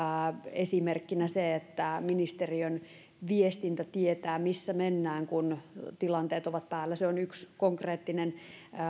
esimerkkinä se että ministeriön viestintä tietää missä mennään kun tilanteet ovat päällä se on yksi konkreettinen